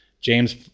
James